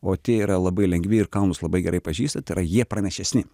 o tie yra labai lengvi ir kalnus labai gerai pažįsta tai yra jie pranašesni